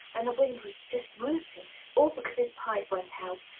and the wind just whooping all because his pipe went out.